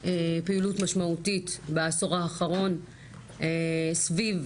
פעילות משמעותית בעשור האחרון סביב